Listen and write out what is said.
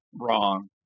wrong